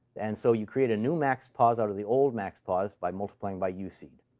and so you create a new maxpos out of the old maxpos by multiplying by useed.